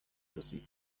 روزی